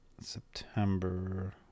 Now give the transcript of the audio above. September